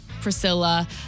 Priscilla